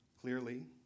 Clearly